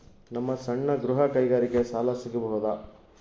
ನಮ್ಮ ಸಣ್ಣ ಗೃಹ ಕೈಗಾರಿಕೆಗೆ ಸಾಲ ಸಿಗಬಹುದಾ?